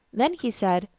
then he said,